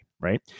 right